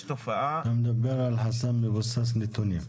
מדבר על חסם מבוסס נתונים.